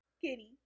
Kitty